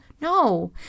No